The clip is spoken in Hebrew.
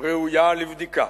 ראויה לבדיקה.